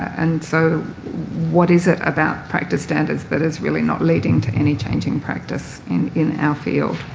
and so what is it about practice standards that is really not leading to any changing practice in in our field.